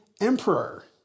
emperor